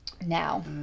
Now